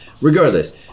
Regardless